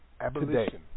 Abolition